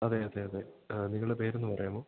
അതെ അതെ അതെ നിങ്ങളെ പേരൊന്നു പറയാമോ